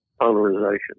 polarization